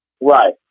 Right